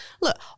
look